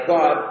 God